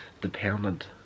dependent